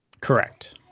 correct